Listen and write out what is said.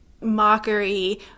mockery